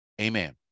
Amen